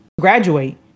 graduate